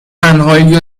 تنهایی